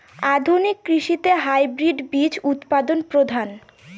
আধুনিক কৃষিতে হাইব্রিড বীজ উৎপাদন প্রধান